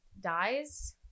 dies